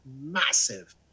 massive